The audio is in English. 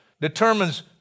determines